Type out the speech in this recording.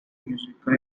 musical